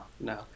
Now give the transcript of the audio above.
no